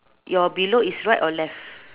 your below is right or left